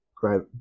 great